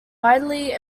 widely